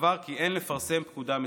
סבר כי אין לפרסם פקודה מסוימת.